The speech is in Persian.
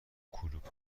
کلوپ